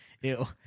ew